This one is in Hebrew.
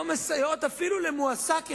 לא מסייעות אפילו למועסק אחד.